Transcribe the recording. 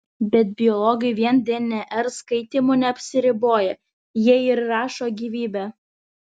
bet biologai vien dnr skaitymu neapsiriboja jie ir rašo gyvybę